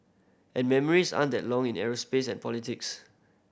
and memories aren't that long in aerospace and politics